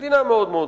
מדינה מאוד צפופה,